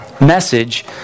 message